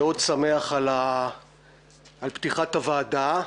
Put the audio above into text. אני מאוד שמח על פתיחת הוועדה.